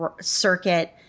circuit